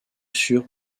sur